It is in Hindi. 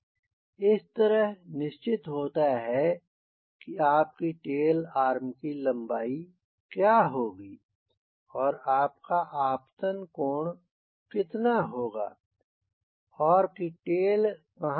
इस तरह निश्चित होता है कि आपकी टेल आर्म की लम्बाई क्या होगी और आपका आपतन कोण कितना होगा और कि टेल कहाँ रहेगी